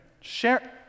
share